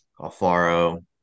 Alfaro